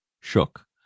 shook